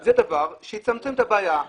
זה דבר שיצמצם את הבעיה.